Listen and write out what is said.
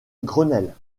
grenelle